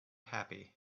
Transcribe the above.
happy